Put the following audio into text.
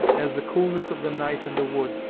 as the coolness of the night and the woods,